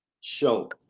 show